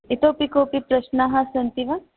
इतोपि कोपि प्रश्नाः सन्ति वा